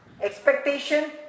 expectation